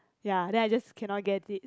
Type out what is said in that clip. ya then I just cannot get it